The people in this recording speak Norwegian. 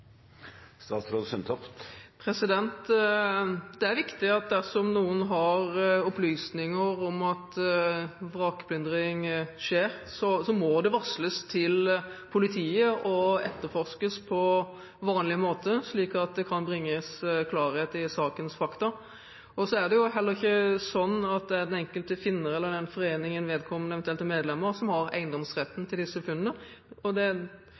Det er viktig at dersom noen har opplysninger om at vrakplyndring skjer, må det varsles til politiet og etterforskes på vanlig måte, slik at det kan bringes klarhet i sakens fakta. Det er heller ikke sånn at det er den enkelte finner eller den foreningen som vedkommende eventuelt er medlem av, som har eiendomsretten til disse funnene. Dersom vrakene er eldre enn 100 år og